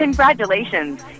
Congratulations